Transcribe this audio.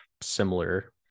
similar